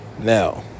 Now